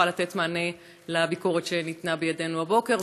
לתת מענה לביקורת שניתנה בידינו הבוקר.